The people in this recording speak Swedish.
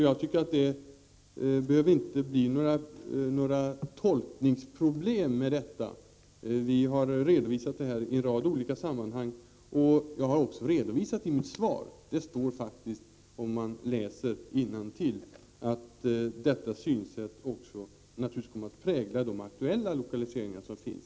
Jag tycker alltså inte att det behöver bli några tolkningsproblem. Vi har redovisat i en rad olika sammanhang, och jag har också redovisat det i mitt svar — det står där faktiskt, om man läser innantill — att detta synsätt och de principer som vi har angett också kommer att prägla de aktuella lokaliseringar som finns.